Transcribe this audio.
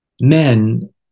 men